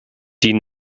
die